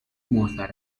mozart